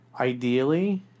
Ideally